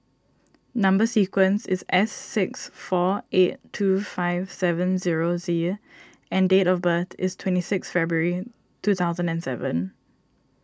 Number Sequence is S six four eight two five seven zero Z and date of birth is twenty six February two thousand and seven